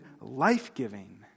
life-giving